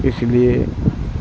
اس لیے